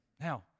Now